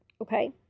Okay